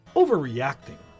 overreacting